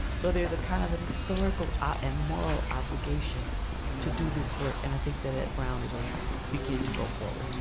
so there's a kind of a historical ah and moral obligation to do this work. and i think that at brown it will begin to go forward.